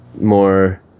more